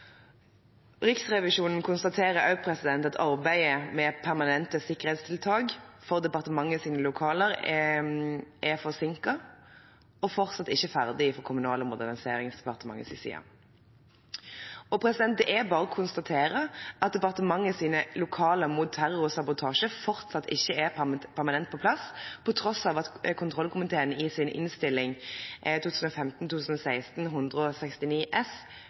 Riksrevisjonen konstaterer også at arbeidet med permanente sikkerhetstiltak for departementets lokaler er forsinket og fortsatt ikke ferdig fra Kommunal- og moderniseringsdepartementets side. Det er bare å konstatere at departementets lokaler mot terror og sabotasje fortsatt ikke er permanent på plass, på tross av at kontrollkomiteen i